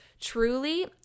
truly